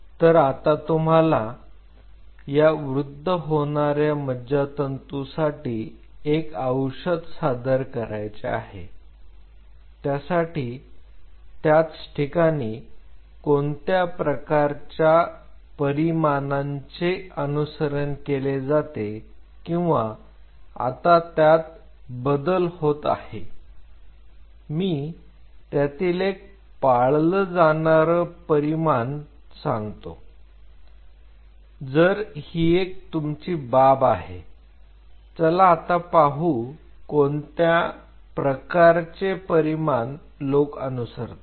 तर आता तुम्हाला या वृद्ध होणाऱ्या मज्जातंतू साठी एक औषध सादर करायचे आहे त्यासाठी याच ठिकाणी कोणत्या प्रकारच्या परिमानांचे अनुसरण केले जाते किंवा आता त्यात बदल होत आहे मी त्यातील एक पाळलं जाणारं परिमान सांगतो तर ही एक तुमची बाब आहे चला आता पाहू कोणत्या प्रकारचे परिमान लोक अनुसरतात